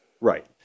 Right